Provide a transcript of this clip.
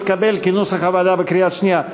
התקבל כנוסח הוועדה בקריאה שנייה.